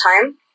time